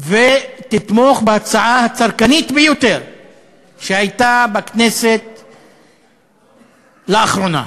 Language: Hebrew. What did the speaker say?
ותתמוך בהצעה הצרכנית ביותר שהייתה בכנסת לאחרונה.